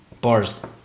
bars